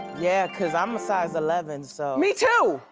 yeah, cause i'm a size eleven, so. me too!